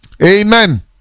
Amen